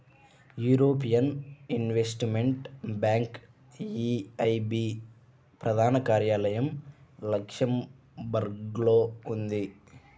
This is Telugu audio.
యూరోపియన్ ఇన్వెస్టిమెంట్ బ్యాంక్ ఈఐబీ ప్రధాన కార్యాలయం లక్సెంబర్గ్లో ఉంది